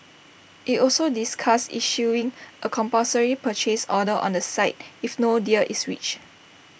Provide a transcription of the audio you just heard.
IT also discussed issuing A compulsory purchase order on the site if no deal is reached